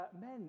men